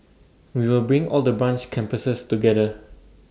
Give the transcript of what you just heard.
we will bring all the branches campuses together